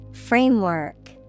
Framework